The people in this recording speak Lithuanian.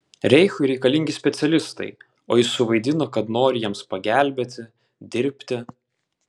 reichui reikalingi specialistai o jis suvaidino kad nori jiems pagelbėti dirbti